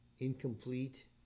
incomplete